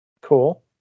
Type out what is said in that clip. Cool